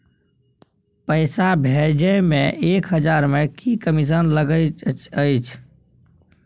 पैसा भैजे मे एक हजार मे की कमिसन लगे अएछ?